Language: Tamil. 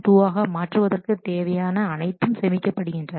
2 ஆக மாற்றுவதற்கு தேவையான அனைத்தும் சேமிக்கப்படுகின்றன